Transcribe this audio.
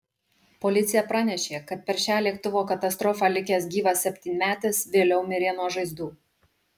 policija pranešė kad per šią lėktuvo katastrofą likęs gyvas septynmetis vėliau mirė nuo žaizdų